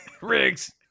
Riggs